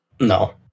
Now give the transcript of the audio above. No